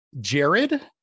Jared